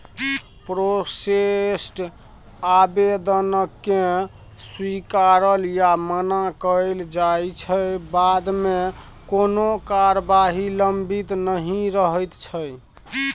processed आबेदनकेँ स्वीकारल या मना कएल जाइ छै बादमे कोनो कारबाही लंबित नहि रहैत छै